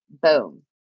Boom